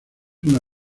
una